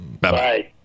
bye